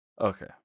Okay